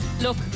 Look